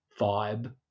vibe